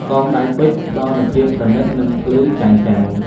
កងដៃពេជ្រ ផ្តល់នូវភាពប្រណិត និងភ្លឺចែងចាំង។